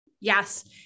Yes